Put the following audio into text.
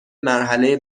مرحله